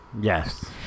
Yes